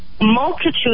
multitude